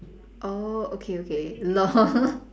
oh okay okay lol